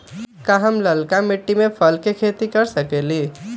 का हम लालका मिट्टी में फल के खेती कर सकेली?